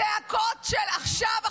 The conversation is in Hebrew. צעקות של "עכשיו,